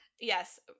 Yes